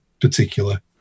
particular